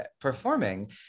performing